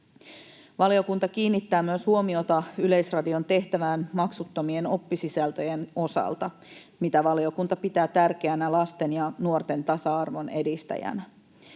Valiokunta kiinnittää huomiota myös Yleisradion tehtävään maksuttomien oppisisältöjen osalta, mitä valiokunta pitää tärkeänä lasten ja nuorten tasa-arvon edistäjänä.